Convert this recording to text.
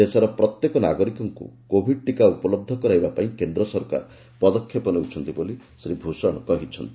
ଦେଶର ଦପ୍ରତ୍ୟେକ ନାଗରିକଙ୍କୁ କୋଭିଡ ଟିକା ଉପଲହ୍ଧ କରାଇବା ପାଇଁ କେନ୍ଦ୍ର ସରକାର ପଦକ୍ଷେପ ନେଉଛନ୍ତି ବୋଲି ଶ୍ରୀ ଭୂଷଣ କହିଚ୍ଛନ୍ତି